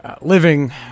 living